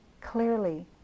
clearly